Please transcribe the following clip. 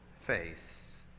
face